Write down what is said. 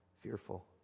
Fearful